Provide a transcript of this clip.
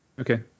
Okay